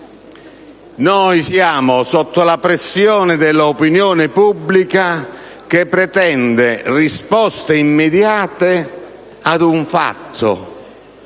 Siamo sotto la pressione dell'opinione pubblica che pretende risposte immediate ad un fatto.